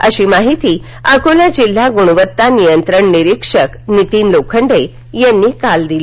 अशी माहिती अकोला जिल्हा गुणवत्ता नियंत्रण निरीक्षक नितीन लोखंडे यांनी काल दिली